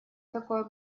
такое